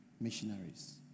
missionaries